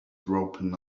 dropping